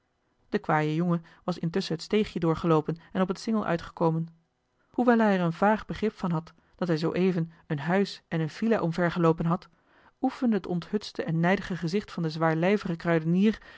de kwaaie jonge was intusschen het steegje doorgelo open en op het singel uitgekomen hoewel hij er een vaag begrip van had dat hij zooeven een huis en eene villa omver geloopen had oefende het onthutste en nijdige gezicht van den zwaarlijvigen kruidenier